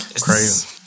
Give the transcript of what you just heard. Crazy